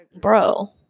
bro